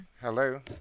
Hello